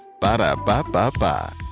Ba-da-ba-ba-ba